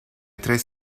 tres